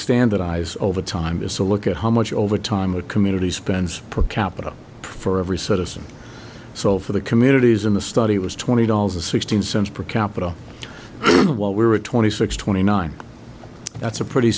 standardize over time is to look at how much overtime a community spends per capita for every citizen so for the communities in the study it was twenty dollars to sixteen cents per capita of what we were at twenty six twenty nine that's a pretty